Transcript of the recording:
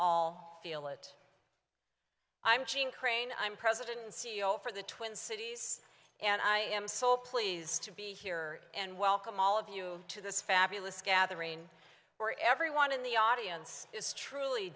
all feel it i'm jeanne crain i'm president and c e o for the twin cities and i am so pleased to be here and welcome all of you to this fabulous gathering where everyone in the audience is truly